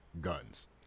guns